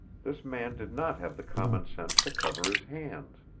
this man did not have the common sense to cover his hands,